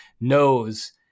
knows